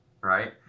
right